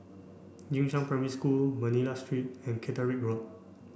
Jing Shan Primary School Manila Street and Caterick Road